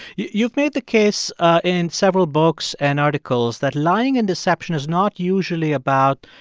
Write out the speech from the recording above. you've made the case in several books and articles that lying and deception is not usually about,